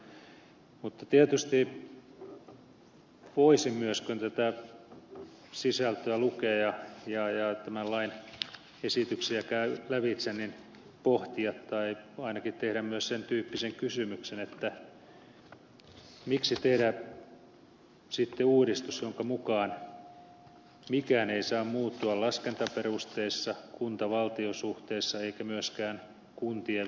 mutta tietysti voisi myös kun tätä sisältöä lukee ja tämän lain esityksiä käy lävitse pohtia tai ainakin tehdä myös sen tyyppisen kysymyksen miksi tehdä uudistus jonka mukaan mikään ei saa muuttua laskentaperusteissa kuntavaltio suhteessa eikä myöskään kuntien välillä